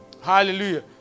Hallelujah